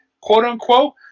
quote-unquote